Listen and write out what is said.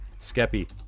Skeppy